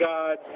God